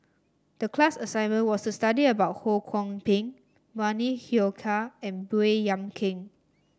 the class assignment was to study about Ho Kwon Ping Bani Haykal and Baey Yam Keng